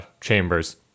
chambers